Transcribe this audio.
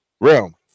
Realm